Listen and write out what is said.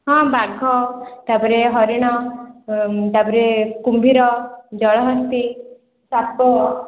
ହଁ ବାଘ ତା'ପରେ ହରିଣ ତା'ପରେ କୁମ୍ଭୀର ଜଳହସ୍ତି ସାପ